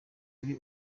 kuri